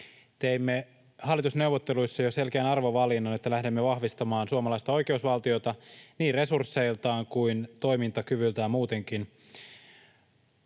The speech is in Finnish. teimme jo hallitusneuvotteluissa selkeän arvovalinnan, että lähdemme vahvistamaan suomalaista oikeusvaltiota niin resursseiltaan kuin toimintakyvyltään muutenkin.